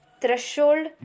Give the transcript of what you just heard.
threshold